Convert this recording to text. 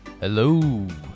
Hello